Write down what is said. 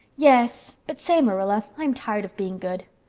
yes but say, marilla, i'm tired of being good.